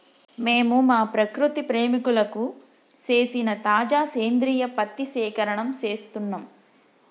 మేము మా ప్రకృతి ప్రేమికులకు సేసిన తాజా సేంద్రియ పత్తి సేకరణం సేస్తున్నం